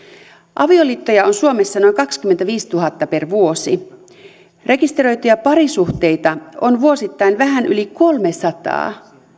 avioliittoja on suomessa noin kaksikymmentäviisituhatta per vuosi rekisteröityjä parisuhteita on vuosittain vähän yli kolmesataa